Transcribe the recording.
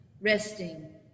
resting